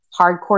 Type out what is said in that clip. hardcore